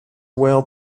well